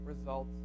results